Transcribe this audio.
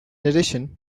addition